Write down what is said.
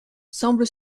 semble